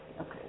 okay